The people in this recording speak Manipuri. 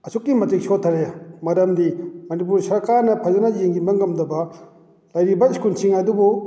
ꯑꯁꯨꯛꯀꯤ ꯃꯇꯤꯛ ꯁꯣꯠꯊꯔꯦ ꯃꯔꯝꯗꯤ ꯃꯅꯤꯄꯨꯔ ꯁꯔꯀꯥꯔꯅ ꯐꯖꯅ ꯌꯦꯡꯁꯤꯟꯕ ꯉꯝꯗꯕ ꯂꯩꯔꯤꯕ ꯏꯁꯀꯨꯜꯁꯤꯡ ꯑꯗꯨꯕꯨ